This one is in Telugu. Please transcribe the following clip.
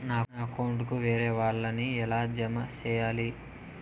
నా అకౌంట్ కు వేరే వాళ్ళ ని ఎలా జామ సేయాలి?